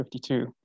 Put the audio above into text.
52